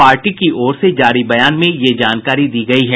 party की ओर से जारी बयान में यह जानकारी दी गयी है